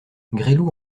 gresloup